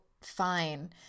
fine